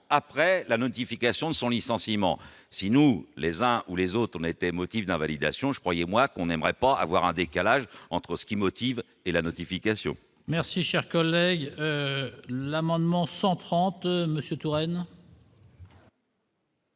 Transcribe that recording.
après la notification de son licenciement si nous les uns ou les autres, on était motif d'invalidation je croyez-moi qu'on n'aimerait pas avoir un décalage entre ce qui motive et la notification. Merci, cher collègue, l'amendement 130 Monsieur Touraine.